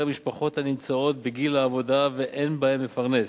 משפחות הנמצאות בגיל העבודה ואין בהן מפרנס.